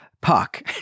puck